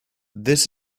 this